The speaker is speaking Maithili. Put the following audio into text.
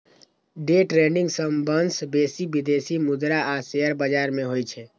डे ट्रेडिंग सबसं बेसी विदेशी मुद्रा आ शेयर बाजार मे होइ छै